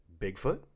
Bigfoot